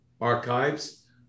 archives